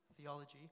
Theology